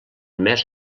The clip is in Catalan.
més